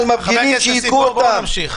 חבר הכנסת כסיף, בוא נמשיך.